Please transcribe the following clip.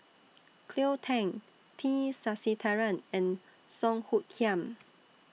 Cleo Thang T Sasitharan and Song Hoot Kiam